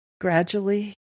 gradually